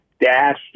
dashed